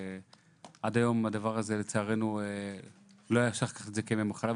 עד היום הדבר הזה, לצערנו, לא נחשב כימי מחלה.